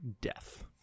death